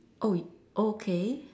oh y~ okay